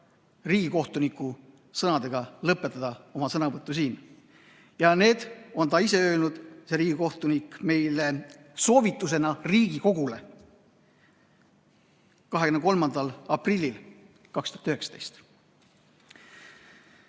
riigikohtuniku sõnadega lõpetada oma sõnavõtu siin. Need ta ütles, see riigikohtunik, soovitusena Riigikogule 23. aprillil 2019.